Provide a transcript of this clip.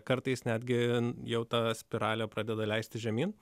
kartais netgi jau tą spiralę pradeda leistis žemyn